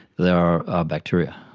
there are bacteria.